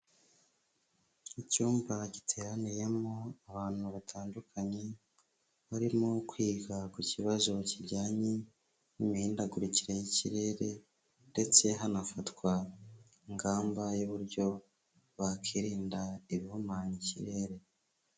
Icyumba giteraniyemo abantu batandukanye, barimo kwiga ku kibazo kijyanye n'imihindagurikire y'ikirere ndetse hanafatwa ingamba y'uburyo bakwirinda ibihumanya ikirere.